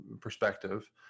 perspective